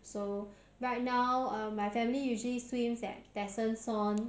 so right now um my family usually swims at tessensohn